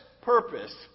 purpose